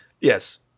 Yes